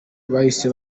bahise